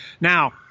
Now